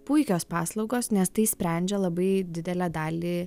puikios paslaugos nes tai sprendžia labai didelę dalį